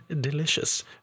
delicious